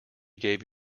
gave